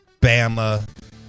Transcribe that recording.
Bama